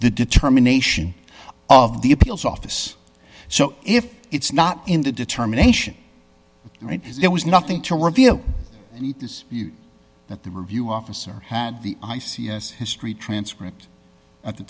the determination of the appeals office so if it's not in the determination right there was nothing to reveal that the review officer had the i c s history transcript at the